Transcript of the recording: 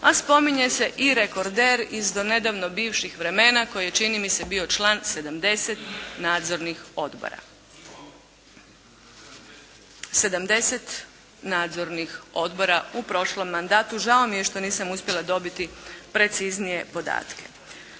a spominje se i rekorder iz donedavno bivših vremena koji je čini mi se bio član 70 nadzornih odbora. 70 nadzornih odbora u prošlom mandatu. Žao mi je što nisam uspjela dobiti preciznije podatke.